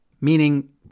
meaning